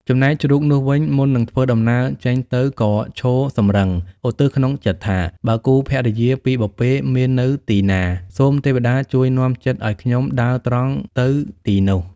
ចំណែកជ្រូកនោះវិញ មុននឹងធ្វើដំណើរចេញទៅក៏ឈរសម្រឹង ឧទ្ទិសក្នុងចិត្ដថា បើគូភរិយាពីបុព្វេមាននៅទីណា សូមទេវតាជួយនាំចិត្ដឱ្យខ្ញុំដើរត្រង់ទៅទីនោះ។